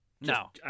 No